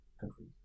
countries